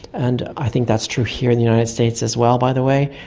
and i think that's true here in the united states as well, by the way,